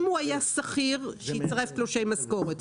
אם הוא היה שכיר, שיצרף תלושי משכורת,